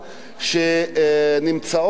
שנמצאות בסיכון גבוה,